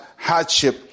hardship